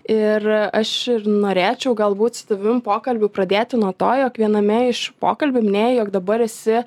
ir aš ir norėčiau galbūt su tavim pokalbį pradėti nuo to jog viename iš pokalbių minėjai jog dabar esi